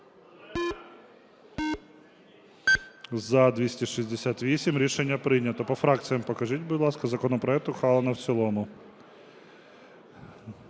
За-268 Рішення прийнято. По фракціях покажіть, будь ласка. Законопроект ухвалено в цілому.